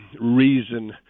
reason